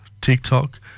TikTok